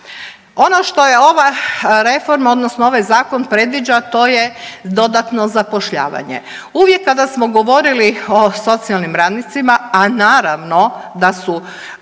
Ono što ova reforma odnosno ovaj zakon predviđa to je dodatno zapošljavanje. Uvijek kada smo govorili o socijalnim radnicima, a naravno da su,